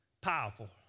Powerful